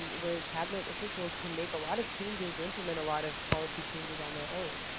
where your cabinet officials can make a lot of changes or implement a lot of policy changes on their own.